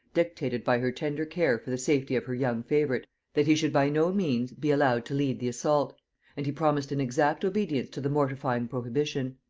dictated by her tender care for the safety of her young favorite that he should by no means be allowed to lead the assault and he promised an exact obedience to the mortifying prohibition.